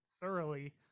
thoroughly